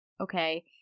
okay